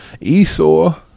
Esau